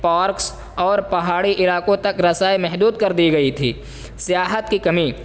parks اور پہاڑی علاقوں تک رسائی محدود کر دی گئی تھی سیاحت کی کمی